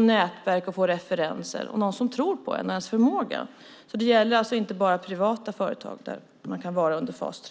nätverk och referenser och att någon ska tro på dem och deras förmåga. Det är inte bara privata företag som man kan vara i under fas 3.